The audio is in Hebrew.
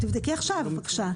תבדקי עכשיו, בבקשה.